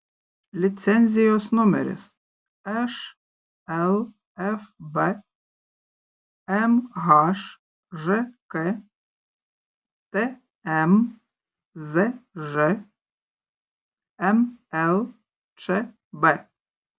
licenzijos numeris šlfb mhžk tmzž mlčb